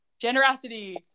Generosity